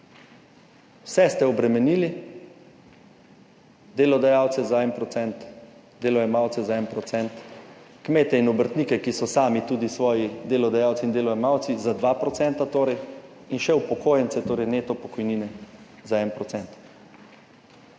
Vse ste obremenili, delodajalce za 1 procent, delojemalce za 1 procent, kmete in obrtnike, ki so sami tudi svoji delodajalci in delojemalci za 2 procenta torej, in še upokojence, torej neto pokojnine za 1